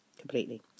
Completely